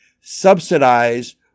Subsidize